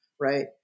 right